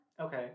Okay